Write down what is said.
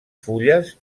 fulles